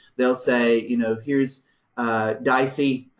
they'll say, you know, here's dicey,